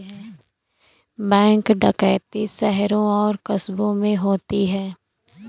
bank डकैती शहरों और कस्बों में होती है